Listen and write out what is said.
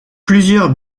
plusieurs